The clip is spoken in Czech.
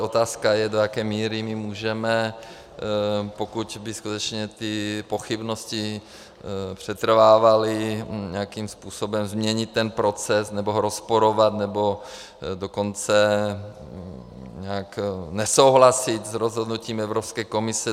Otázka je, do jaké míry my můžeme, pokud by skutečně ty pochybnosti přetrvávaly, nějakým způsobem změnit ten proces, nebo ho rozporovat, nebo dokonce nějak nesouhlasit s rozhodnutím Evropské komise.